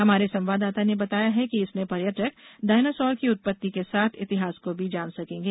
हमारे संवाददाता ने बताया है कि इसमें पर्यटक डायनासोर की उत्पत्ति के साथ इतिहास को भी जान सकेंगे